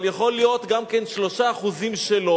אבל יכול להיות גם כן 3% שלא,